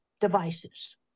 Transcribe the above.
devices